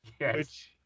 Yes